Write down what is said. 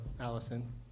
Allison